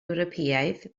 ewropeaidd